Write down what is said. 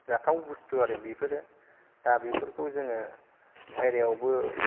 जाथाव बुस्थु आरो बेफोरो दा बेफोरखौ जोङो बाहेरायावबो